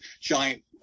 giant